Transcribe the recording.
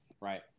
Right